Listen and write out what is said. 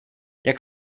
jak